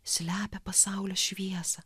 slepia pasaulio šviesą